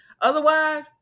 otherwise